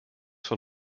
von